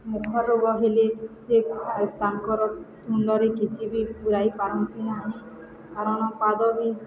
ମୁଖ ରୋଗ ହେଲେ ସେ ତାଙ୍କର ତୁଣ୍ଡରେ କିଛି ବି ପୂୁରାଇ ପାରନ୍ତି ନାହିଁ କାରଣ ପାଦ ବି